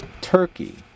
Turkey